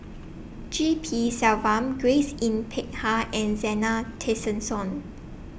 G P Selvam Grace Yin Peck Ha and Zena Tessensohn